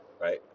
right